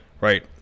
right